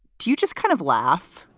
do you just kind of laugh?